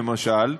למשל,